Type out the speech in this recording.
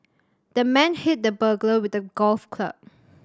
the man hit the burglar with a golf club